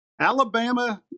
Alabama